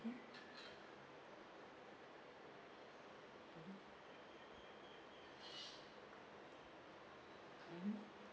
mm mmhmm